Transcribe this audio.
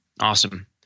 Awesome